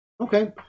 Okay